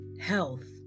health